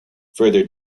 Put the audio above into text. further